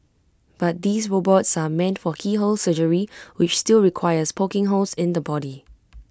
but these robots are meant for keyhole surgery which still requires poking holes in the body